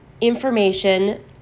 information